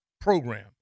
program